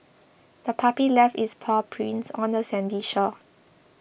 the puppy left its paw prints on the sandy shore